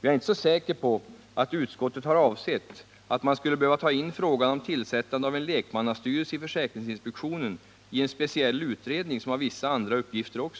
jag är inte så säker på att utskottet har avsett att man skulle behöva ta in frågan om tillsättandet av en lekmannastyrelse i försäkringsinspektionen i en speciell utredning som också har vissa andra uppgifter.